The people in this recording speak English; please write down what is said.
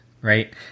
right